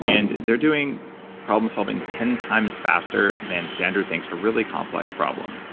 and they're doing problem solving ten times faster than standard things for really complex problems